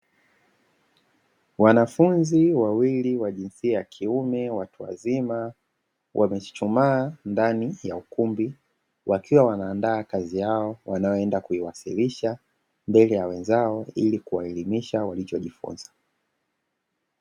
Wanafunzi wawili wa jinsia ya kiume watu wazima, wamechumaa ndani ya ukumbi. Wakiwa wanaandaa kazi yao wanaoenda kuiwasilisha mbele ya wenzao ili kuwaelimisha walichojifunza.